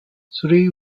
three